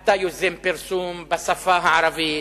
אתה יוזם פרסום בשפה הערבית,